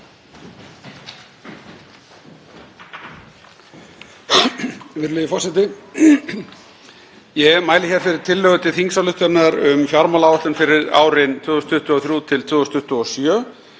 Ég mæli fyrir tillögu til þingsályktunar um fjármálaáætlun fyrir árin 2023–2027,